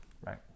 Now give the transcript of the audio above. Right